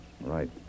Right